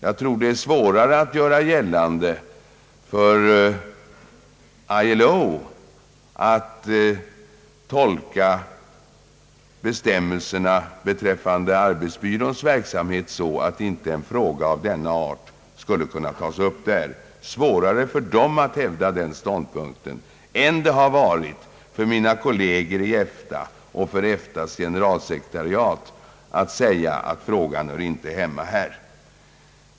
Jag tror att det är svårare för ILO att hävda den ståndpunkten att en fråga av denna art inte skulle kunna tas upp i denna organisation, än det har varit för mina kolleger i EFTA och för EFTA:s generalsekretariat att säga att frågan inte hör hemma där.